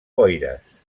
boires